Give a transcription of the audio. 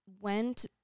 went